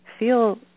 feel